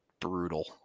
brutal